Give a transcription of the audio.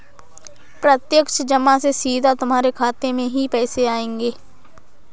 प्रत्यक्ष जमा से सीधा तुम्हारे खाते में ही पैसे आएंगे